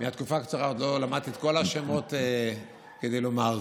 מהתקופה הקצרה לא למדתי את כל השמות כדי לומר.